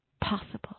possible